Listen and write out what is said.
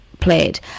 played